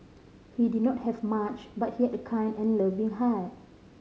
he did not have much but he had a kind and loving heart